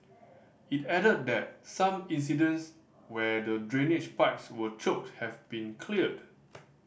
it added that some incidents where the drainage pipes were choked have been cleared